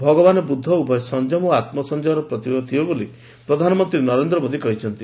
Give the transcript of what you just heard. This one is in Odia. ଭଗବାନ୍ ବୁଦ୍ଧ ଉଭୟ ସଂଯମ ଓ ଆତ୍କସଂଯମର ପ୍ରତୀକ ଥିଲେ ବୋଲି ପ୍ରଧାନମନ୍ତୀ ନରେନ୍ଦ୍ର ମୋଦି କହିଛନ୍ତି